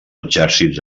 exèrcits